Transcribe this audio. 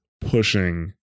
pushing